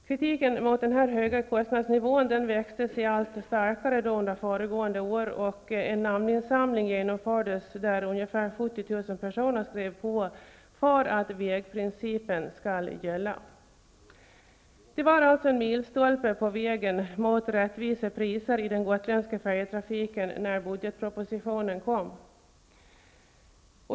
Kritiken mot denna höga kostnadsnivå växte sig allt starkare under föregående år, och en namninsamling genomfördes, där ca 70 000 personer skrev på för att vägprincipen skall gälla. Det var alltså en milstolpe på vägen mot rättvisa priser i den gotländska färjetrafiken när budgetpropositionen kom.